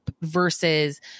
versus